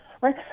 Right